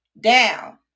down